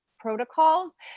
Protocols